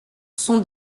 sont